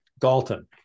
galton